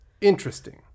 Interesting